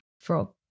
frog